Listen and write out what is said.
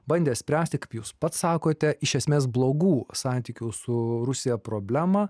bandė spręsti kaip jūs pats sakote iš esmės blogų santykių su rusija problemą